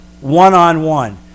one-on-one